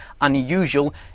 unusual